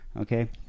Okay